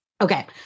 okay